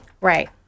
Right